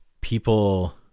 people